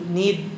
need